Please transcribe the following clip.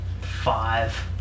five